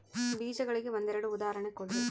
ಬೇಜಗಳಿಗೆ ಒಂದೆರಡು ಉದಾಹರಣೆ ಕೊಡ್ರಿ?